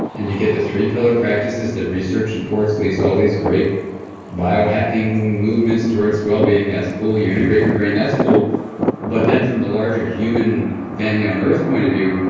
and you get the three pillar practices that research supports does all these great biohacking movements towards wellbeing. that's cool. you integrate your brain, that's cool but then from the larger human family on earth point of view,